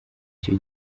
icyo